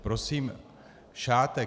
Prosím, šátek.